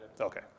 Okay